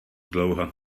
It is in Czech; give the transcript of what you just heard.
dlouho